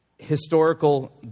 historical